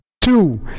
two